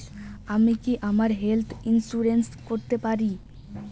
আমি কি আমার হেলথ ইন্সুরেন্স করতে পারি?